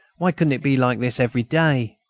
why couldn't it be like this every day?